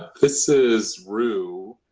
this is roo